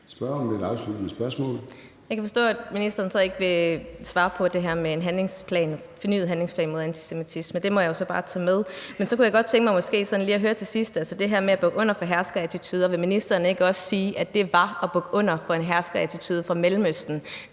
kan forstå, at ministeren så ikke vil svare på det her med en fornyet handlingsplan mod antisemitisme. Det må jeg jo så bare tage med. Men så kunne jeg måske godt lige tænke mig her til sidst at høre om det her med at bukke under for herskerattituder. Vil ministeren ikke også sige, at det var at bukke under for en herskerattitude fra Mellemøsten,